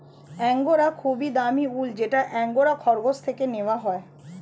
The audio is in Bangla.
অ্যাঙ্গোরা খুবই দামি উল যেটা অ্যাঙ্গোরা খরগোশ থেকে নেওয়া হয়